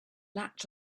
latch